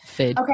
Okay